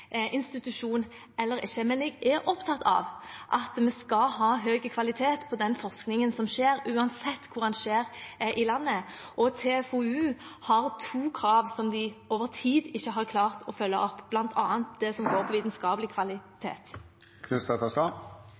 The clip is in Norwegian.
eller ikke. Men jeg er opptatt av at vi skal ha høy kvalitet på den forskningen som skjer, uansett hvor den skjer i landet, og TFoU har to krav som de over tid ikke har klart å følge opp, bl.a. det som går på vitenskapelig